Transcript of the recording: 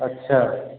अच्छा